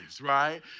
right